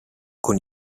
con